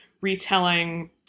retelling